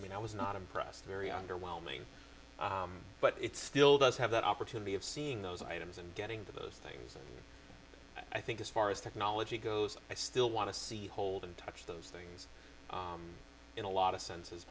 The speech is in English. en i was not impressed very underwhelming but it still does have that opportunity of seeing those items and getting to those things i think as far as technology goes i still want to see hold and touch those things in a lot of senses